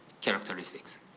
characteristics